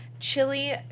chili